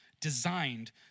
designed